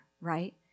right